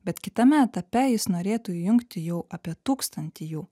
bet kitame etape jis norėtų jungti jau apie tūkstantį jų